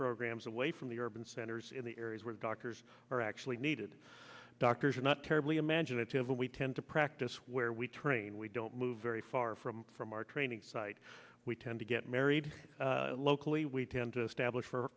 programs away from the urban centers in the areas where doctors are actually needed doctors are not terribly imaginative and we tend to practice where we train we don't move very far from from our training site we tend to get married locally we tend to stablish for